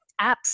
apps